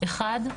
אחד,